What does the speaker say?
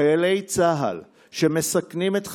חיילי צה"ל, שמסכנים את חייהם,